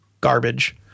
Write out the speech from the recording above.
garbage